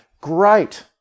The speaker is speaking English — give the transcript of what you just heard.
Great